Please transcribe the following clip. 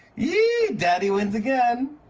yee! daddy wins again!